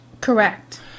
Correct